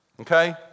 okay